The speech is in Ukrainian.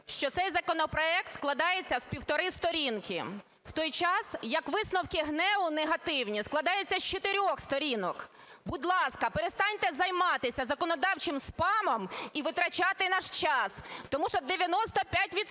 що цей законопроект складається з півтори сторінки. В той час, як висновки ГНЕУ, негативні, складаються з чотирьох сторінок. Будь ласка, перестаньте займатися законодавчим спамом і витрачати наш час, тому що 95